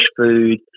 food